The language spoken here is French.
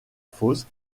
fosse